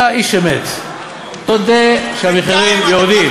אתה איש אמת, תודה שהמחירים יורדים.